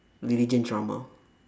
religion drama